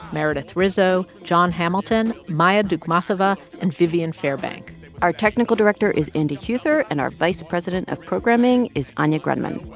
meredith rizzo, jon hamilton, maya dukmasova and viviane fairbank our technical director is andy huether. and our vice president of programming is anya grundmann.